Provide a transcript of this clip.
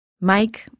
Mike